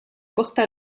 costa